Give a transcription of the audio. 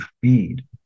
feed